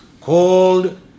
called